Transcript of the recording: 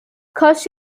کاش